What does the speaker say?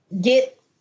get